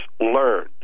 learned